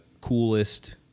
coolest